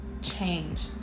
change